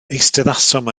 eisteddasom